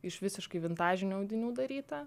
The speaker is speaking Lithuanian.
iš visiškai vitražinių audinių daryta